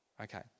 Okay